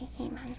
Amen